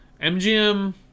mgm